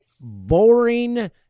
boring